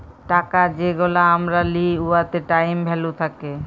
টাকা যেগলা আমরা লিই উয়াতে টাইম ভ্যালু থ্যাকে